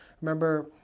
Remember